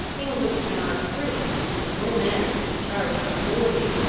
englishmen are free and no man is to be charged with villainy,